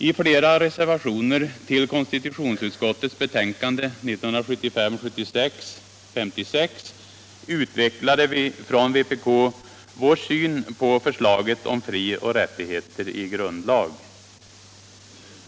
I flera reservationer tll konstitutionsutskottets betänkande 1975/76:56 utvecklade vi från vpk vår syn på förslaget om frioch rättigheter i grundlag.